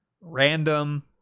random